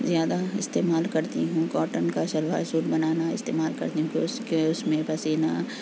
زیادہ استعمال کرتی ہوں کاٹن کا شلوار سوٹ بنانا استعمال کرتی ہوں کہ اس کے اس میں پسینہ